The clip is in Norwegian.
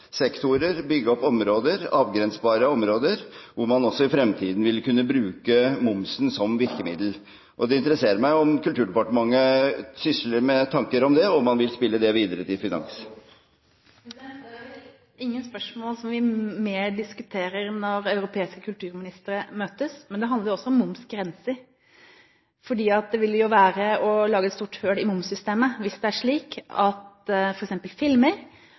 sektorer, områder – avgrensbare områder – hvor man også i fremtiden vil kunne bruke momsen som virkemiddel. Det interesserer meg om Kulturdepartementet sysler med tanker om det, om man vil spille det videre til Finansdepartementet. Det er vel ingen spørsmål som vi mer diskuterer når europeiske kulturministere møtes. Men det handler jo også om momsgrenser. Det ville jo være å lage et stort hull i momssystemet hvis det er slik at f.eks. filmer